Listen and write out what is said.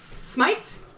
Smites